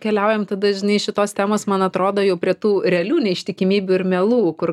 keliaujam tada žinai iš šitos temos man atrodo jau prie tų realių neištikimybių ir melų kur